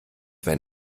wenn